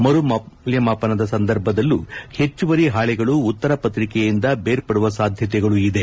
ಮರುಮೌಲ್ಯಮಾಪನದ ಸಂದರ್ಭದಲ್ಲೂ ಹೆಚ್ಚುವರಿ ಹಾಳೆಗಳು ಉತ್ತರ ಪತ್ರಿಕೆಯಿಂದ ಬೇರ್ಪಡುವ ಸಾಧ್ಯತೆಗಳೂ ಇದೆ